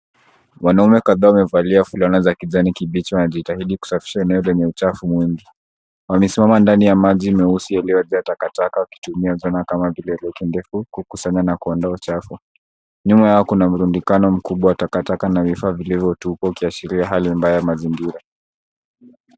Wanaume kadhaa wamevalia fulana za kijani kibichi, wanajitahidi kusafisha eneo lenye uchafu mwingi. Wamesimama ndani ya maji meusi yaliyojaa takataka wakitumia zana kama vile reki ndefu, kukusanya na kuondoa uchafu. Nyuma yao kuna mrundikano mkubwa wa takataka na vifaa vilivyotupwa, ukiashiria hali mbaya ya mazingira.